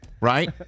Right